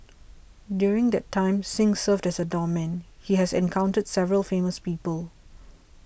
during the time that Singh served as a doorman he has encountered several famous people